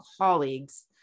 colleagues